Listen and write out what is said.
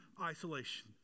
isolation